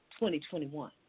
2021